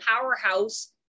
powerhouse